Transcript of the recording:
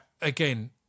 again